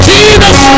Jesus